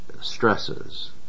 stresses